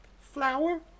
flour